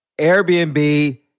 Airbnb